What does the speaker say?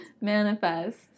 Manifest